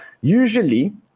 usually